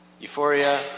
Euphoria